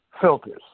filters